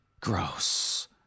Gross